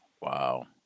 wow